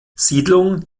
siedlung